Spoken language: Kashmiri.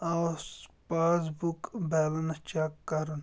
پاس بُک بیلنٕس چیٚک کرُن